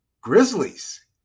Grizzlies